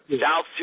South